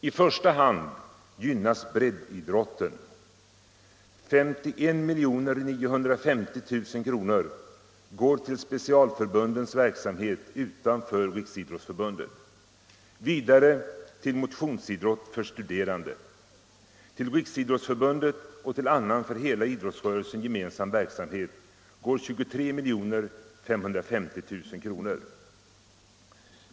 I första hand gynnas breddidrotten. 51 950 000 kr. går till specialförbundens verksamhet utanför Riksidrottsförbundet, vidare till motionsidrott för studerande. Till Riksidrottsförbundet och till annan för hela idrottsrörelsen gemensam verksamhet går 23 550 000 kr.